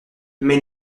mais